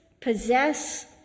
possess